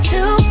Two